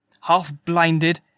half-blinded